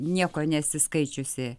nieko nesi skaičiusi